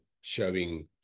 showing